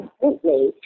completely